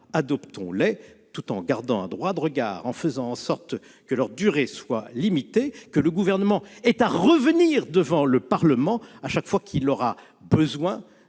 adoptons-les, tout en gardant un droit de regard et en faisant en sorte que leur durée soit limitée et que le Gouvernement ait à revenir devant le Parlement chaque fois qu'il aura besoin